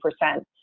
percent